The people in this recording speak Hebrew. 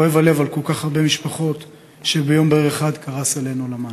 כואב הלב על כל כך הרבה משפחות שביום בהיר אחד קרס עליהן עולמן.